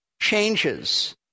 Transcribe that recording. changes